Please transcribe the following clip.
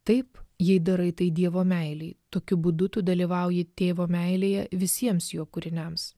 taip jei darai tai dievo meilei tokiu būdu tu dalyvauji tėvo meilėje visiems jo kūriniams